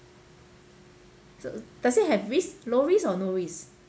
so does it have risk low risk or no risk